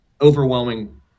overwhelming